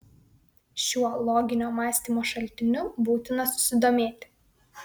šiuo loginio mąstymo šaltiniu būtina susidomėti